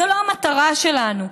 זו לא המטרה שלנו.